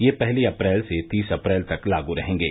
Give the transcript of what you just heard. ये पहली अप्रैल से तीस अप्रैल तक लागू रहेंगे